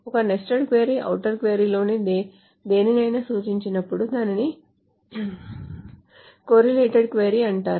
ఒక nested query outer query లోని దేనినైనా సూచించినప్పుడు దానిని కొర్రీలేటెడ్ క్వరీ అంటారు